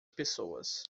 pessoas